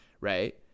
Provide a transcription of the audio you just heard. Right